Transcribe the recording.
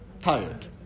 tired